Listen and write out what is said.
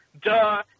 duh